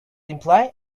imply